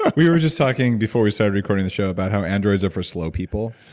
like we were just talking, before we started recording the show, about how androids are for slow people.